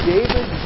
David